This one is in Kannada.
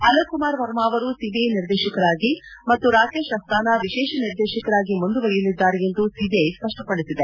ಅಲೋಕ್ ಕುಮಾರ್ ವರ್ಮ ಅವರು ಸಿಬಿಐ ನಿರ್ದೇಶಕರಾಗಿ ಮತ್ತು ರಾಕೇಶ್ ಅಸ್ತಾನ ವಿಶೇಷ ನಿರ್ದೇಶಕರಾಗಿ ಮುಂದುವರಿಯಲಿದ್ದಾರೆ ಎಂದು ಸಿಬಿಐ ಸ್ಪಷ್ವಪಡಿಸಿದೆ